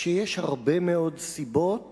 שיש הרבה מאוד סיבות